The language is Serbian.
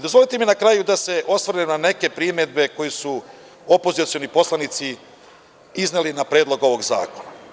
Dozvolite mi, na kraju, da se osvrnem na neke primedbe koje su opozicioni poslanici izneli na Predlog ovog zakona.